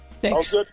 Thanks